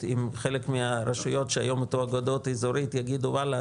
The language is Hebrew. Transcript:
אם חלק מהרשויות שהיום --- יגידו: וואלה,